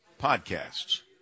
podcasts